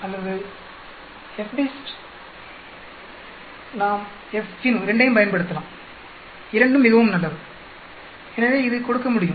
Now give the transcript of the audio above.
நாம் FDIST அல்லது FINV இரண்டையும் பயன்படுத்தலாம் இரண்டும் மிகவும் நல்லது எனவே இது கொடுக்க முடியும்